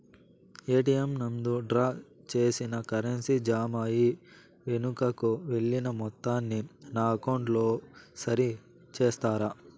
ATM నందు draw చేసిన currency jam అయి వెనుకకు వెళ్లిన మొత్తాన్ని నా అకౌంట్ లో సరి చేస్తారా?